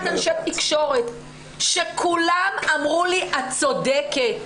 אנשי תקשורת וכולם אמרו לי שאני צודקת,